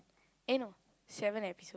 eh no seven episode